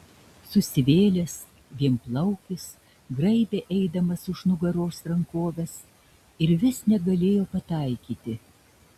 susivėlęs vienplaukis graibė eidamas už nugaros rankoves ir vis negalėjo pataikyti